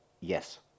yes